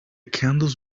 candles